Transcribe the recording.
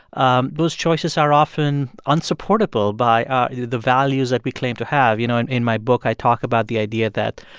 um those choices are often unsupportable by the the values that we claim to have you know, and in my book, i talk about the idea that,